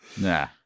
Nah